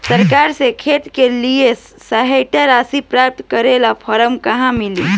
सरकार से खेत के लिए सहायता राशि प्राप्त करे ला फार्म कहवा मिली?